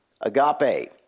agape